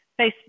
facebook